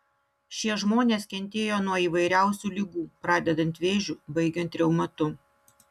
šie žmonės kentėjo nuo įvairiausių ligų pradedant vėžiu baigiant reumatu